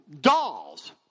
dolls